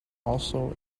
also